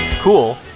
cool